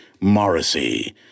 morrissey